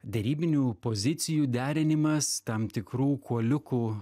derybinių pozicijų derinimas tam tikrų kuoliukų